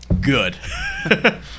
Good